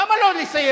למה לו לסיים,